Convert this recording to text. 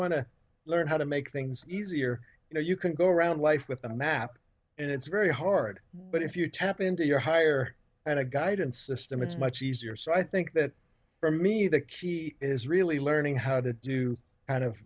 want to learn how to make things easier you know you can go around life with a map and it's very hard but if you tap into your higher and a guidance system it's much easier so i think that for me the key is really learning how to do and of